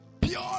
Pure